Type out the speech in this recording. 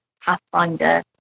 Pathfinder